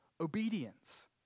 obedience